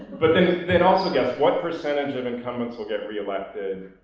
but then then also guess what percentage of incumbents will get reelected.